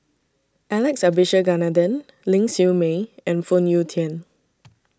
Alex Abisheganaden Ling Siew May and Phoon Yew Tien